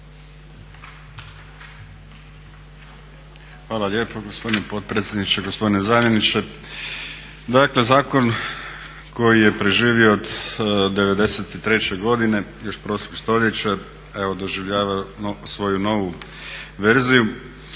Hvala lijepo gospodine potpredsjedniče. Gospodine zamjeniče. Dakle zakon koji je preživio od '93. godine još prošlog stoljeća evo doživljava svoju novu verziju.